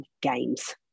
games